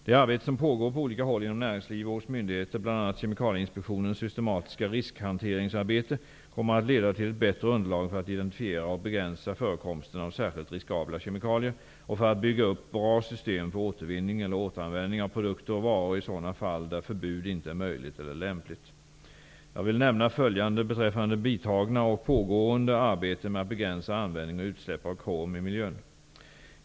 Det arbete som pågår på olika håll inom näringsliv och hos myndigheter, bl.a. Kemikalieinspektionens systematiska riskhanteringsarbete, kommer att leda till bättre underlag för att identifiera och begränsa förekomsten av särskilt riskabla kemikalier och för att bygga upp bra system för återvinning eller återanvändning av produkter och varor i sådana fall där förbud inte är möjligt eller lämpligt. Jag vill nämna följande beträffande vidtagna och pågående arbeten med att begränsa användning och utsläpp av krom i miljön.